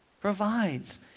provides